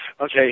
okay